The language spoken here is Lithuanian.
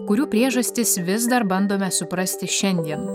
kurių priežastis vis dar bandome suprasti šiandien